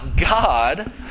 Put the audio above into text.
God